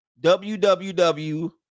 www